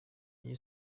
iyo